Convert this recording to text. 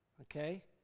okay